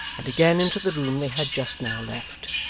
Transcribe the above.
and again into the room they had just now left.